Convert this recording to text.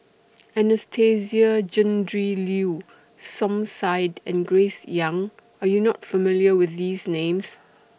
Anastasia Tjendri Liew Som Said and Grace Young Are YOU not familiar with These Names